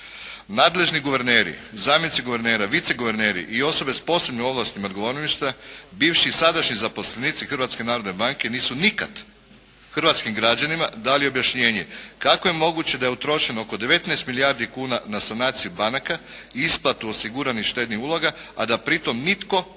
Nadležni guverneri, zamjenici guvernera, viceguverneri i osobe s posebnim ovlastima i odgovornostima, bivši i sadašnji zaposlenici Hrvatske narodne banke nisu nikad hrvatskim građanima dali objašnjenje kako je moguće da je utrošeno oko 19 milijardi kuna na sanaciju banaka, isplatu osiguranih štednih uloga, a da pri tom nitko i